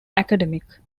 academic